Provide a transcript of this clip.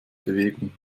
bewegung